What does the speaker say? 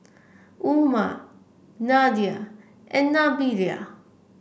Umar Nadia and Nabila